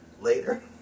later